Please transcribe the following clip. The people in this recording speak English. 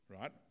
right